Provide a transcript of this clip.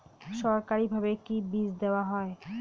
সরকারিভাবে কি বীজ দেওয়া হয়?